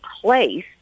place